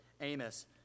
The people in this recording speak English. Amos